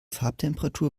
farbtemperatur